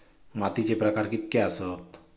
मातीचे प्रकार कितके आसत?